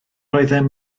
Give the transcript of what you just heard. oeddem